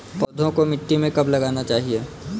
पौधों को मिट्टी में कब लगाना चाहिए?